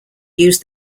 use